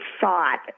thought